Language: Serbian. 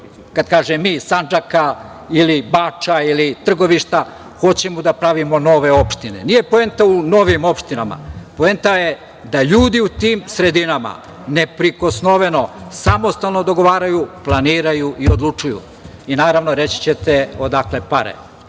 Kad kažem mi, Sandžaka ili Bača ili Trgovišta hoćemo da pravimo nove opštine. Nije poenta u novim opštinama, već je poenta da ljudi u tim sredinama neprikosnoveno, samostalno dogovaraju, planiraju i odlučuju. Naravno reći ćete odakle pare?